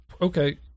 Okay